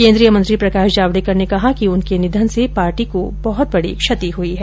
केन्द्रीय मंत्री प्रकाश जावडेकर ने कहा कि उनके निधन से पार्टी को बहुत बडा नुकसान हुआ है